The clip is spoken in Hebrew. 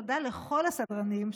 תודה לכל הסדרנים,